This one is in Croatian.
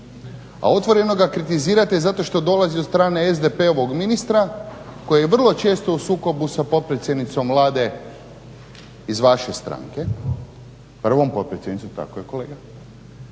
a otvoreno ga kritizirate zato što dolazi od strane SDP-ovog ministra koji je vrlo često u sukobu sa potpredsjednicom Vlade iz vaše stranke. … /Upadica se ne